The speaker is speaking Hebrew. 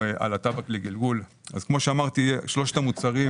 2.5. כמו שאמרתי, על שלושת המוצרים